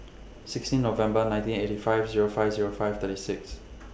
sixteen November nineteen eighty five Zero five Zero five thirty six